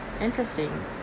Interesting